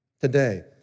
today